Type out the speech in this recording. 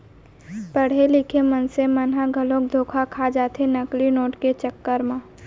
पड़हे लिखे मनसे मन ह घलोक धोखा खा जाथे नकली नोट के चक्कर म